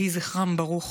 יהי זכרם ברוך.